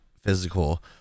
physical